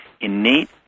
innate